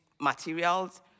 materials